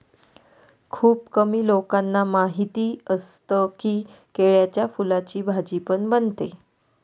खुप कमी लोकांना माहिती असतं की, केळ्याच्या फुलाची भाजी पण बनते